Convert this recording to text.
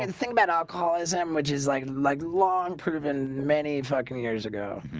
and thing about alcoholism, which is like like long proven many fuckin years ago